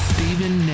Stephen